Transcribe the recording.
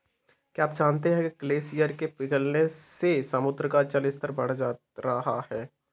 क्या आप जानते है ग्लेशियर के पिघलने से समुद्र का जल स्तर बढ़ रहा है?